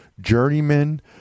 journeyman